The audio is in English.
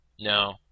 No